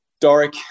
Doric